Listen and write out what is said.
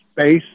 space